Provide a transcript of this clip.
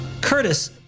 Curtis